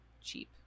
cheap